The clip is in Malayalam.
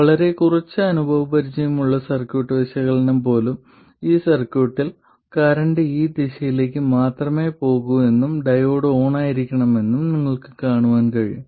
വളരെ കുറച്ച് അനുഭവപരിചയമുള്ള സർക്യൂട്ട് വിശകലനം പോലും ഉള്ള ഈ സർക്യൂട്ടിൽ കറന്റ് ഈ ദിശയിലേക്ക് മാത്രമേ പോകൂ എന്നും ഡയോഡ് ഓണായിരിക്കണമെന്നും നിങ്ങൾക്ക് കാണാൻ കഴിയും